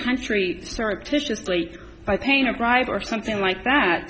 country surreptitiously by paying a bribe or something like that